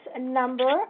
number